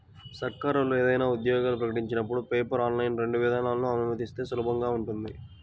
సర్కారోళ్ళు ఏదైనా ఉద్యోగాలు ప్రకటించినపుడు పేపర్, ఆన్లైన్ రెండు విధానాలనూ అనుమతిస్తే సులభంగా ఉంటది